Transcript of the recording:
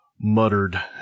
muttered